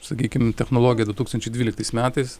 sakykim technologiją du tūkstančiai dvyliktais metais